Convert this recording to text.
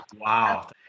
Wow